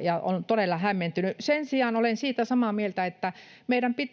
ja olen todella hämmentynyt. Sen sijaan olen siitä samaa mieltä, että meidän pitää